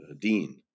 dean